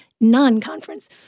non-conference